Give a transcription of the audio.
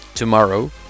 Tomorrow